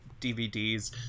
dvds